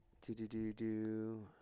Do-do-do-do